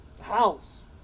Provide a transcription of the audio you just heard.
house